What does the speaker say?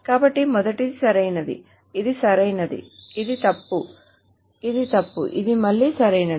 కాబట్టి మొదటిది సరైనది ఇది సరైనది ఇది తప్పు ఇది తప్పు ఇది మళ్ళీ సరైనది